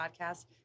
podcast